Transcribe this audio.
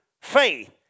faith